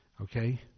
okay